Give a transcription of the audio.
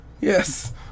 yes